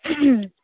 হুম